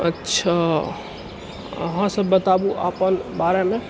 अच्छा अहाँसब बताबू अपन बारेमे